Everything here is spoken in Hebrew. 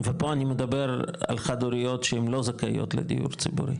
ופה אני מדבר על חד-הוריות שהן לא זכאיות לדיור ציבורי